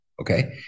okay